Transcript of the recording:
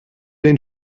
den